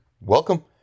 Welcome